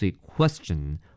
question